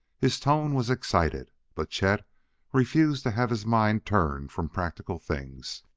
his tone was excited, but chet refused to have his mind turned from practical things.